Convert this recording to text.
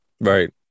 Right